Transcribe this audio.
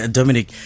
Dominic